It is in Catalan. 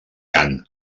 cant